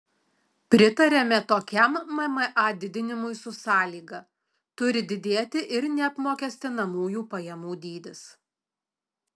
pritariame tokiam mma didinimui su sąlyga turi didėti ir neapmokestinamųjų pajamų dydis